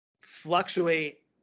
fluctuate